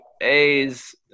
A's